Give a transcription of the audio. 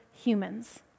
humans